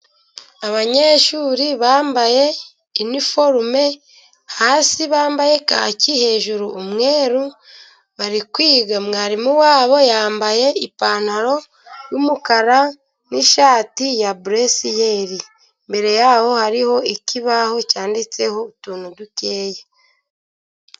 Abanyeshuri bambaye iniforume hasi bambaye kaki, hejuru umweru, bari kwiga. Mwarimu wabo yambaye ipantaro y'umukara n'ishati ya buresiyeri. Imbere yaho hariho ikibaho cyanditseho utuntu dukeya.